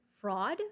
fraud